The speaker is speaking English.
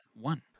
one